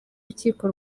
rukiko